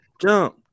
jump